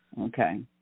Okay